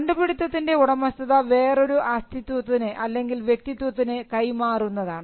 കണ്ടുപിടുത്തത്തിൻറെ ഉടമസ്ഥത വേറൊരു അസ്തിത്വത്തിനു അല്ലെങ്കിൽ വ്യക്തിത്വത്തിനു കൈമാറുന്നതാണ്